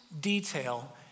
detail